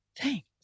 Thanks